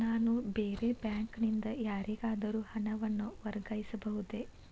ನಾನು ಬೇರೆ ಬ್ಯಾಂಕ್ ನಿಂದ ಯಾರಿಗಾದರೂ ಹಣವನ್ನು ವರ್ಗಾಯಿಸಬಹುದೇ?